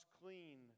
clean